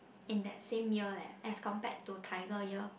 in that same year leh as compared to tiger year